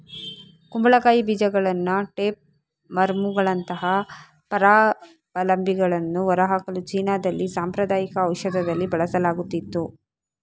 ಕುಂಬಳಕಾಯಿ ಬೀಜಗಳನ್ನ ಟೇಪ್ ವರ್ಮುಗಳಂತಹ ಪರಾವಲಂಬಿಗಳನ್ನು ಹೊರಹಾಕಲು ಚೀನಾದಲ್ಲಿ ಸಾಂಪ್ರದಾಯಿಕ ಔಷಧದಲ್ಲಿ ಬಳಸಲಾಗುತ್ತಿತ್ತು